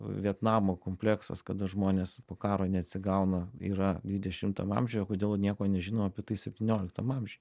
vietnamo kompleksas kada žmonės po karo neatsigauna yra dvidešimtam amžiuj o kodėl nieko nežino apie tai septynioliktam amžiuj